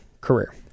career